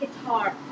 guitar